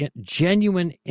genuine